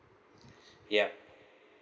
yup